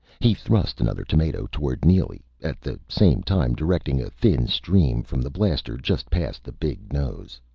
he thrust another tomato toward neely, at the same time directing a thin stream from the blaster just past the big nose.